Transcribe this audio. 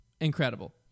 Incredible